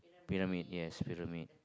pyramid yes pyramid